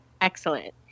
excellent